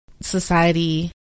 Society